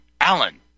Alan